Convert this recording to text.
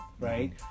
right